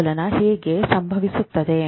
ಆಂದೋಲನ ಹೇಗೆ ಸಂಭವಿಸುತ್ತದೆ